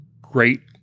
great